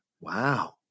wow